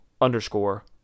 underscore